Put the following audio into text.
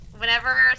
Whenever